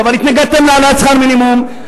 אבל התנגדתם להעלאת שכר מינימום,